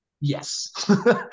Yes